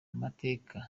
amateka